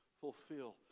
fulfill